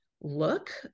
look